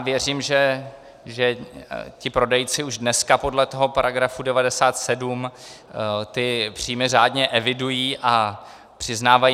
Věřím, že ti prodejci už dneska podle paragrafu 97 příjmy řádně evidují a přiznávají.